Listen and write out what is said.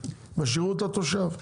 בשירות לתושב.